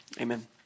Amen